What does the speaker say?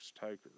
takers